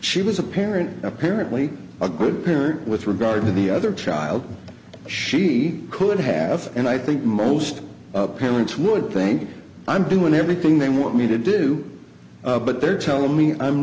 she was a parent apparently a good parent with regard to the other child she could have and i think most of parents would think i'm doing everything they want me to do but they're tell me i'm